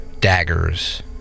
daggers